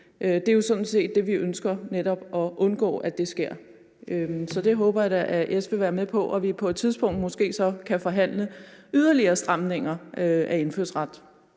Det er jo sådan set det, vi netop ønsker at undgå sker. Så det håber jeg da at S vil være med på, og at vi så på et tidspunkt måske kan forhandle yderligere stramninger af indfødsret.